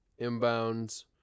Inbounds